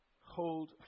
Hold